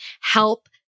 help